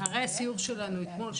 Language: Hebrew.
אחרי הסיור שלנו אתמול,